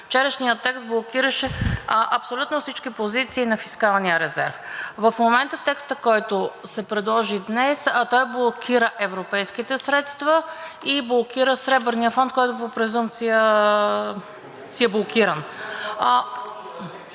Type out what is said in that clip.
Вчерашният текст блокираше абсолютно всички позиции на фискалния резерв. В момента текстът, който се предложи днес, блокира европейските средства и блокира Сребърния фонд, който по презумпция си е блокиран.